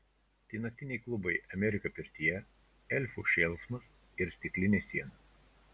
tai naktiniai klubai amerika pirtyje elfų šėlsmas ir stiklinė siena